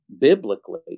biblically